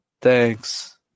thanks